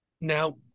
Now